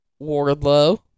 Wardlow